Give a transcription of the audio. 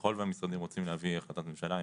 ככל שהמשרדים רוצים להביא החלטת ממשלה,